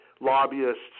lobbyists